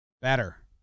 Better